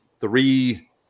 three